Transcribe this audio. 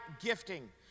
gifting